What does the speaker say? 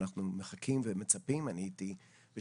אנחנו מחכים ומצפים לזה.